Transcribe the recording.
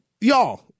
Y'all